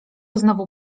znowu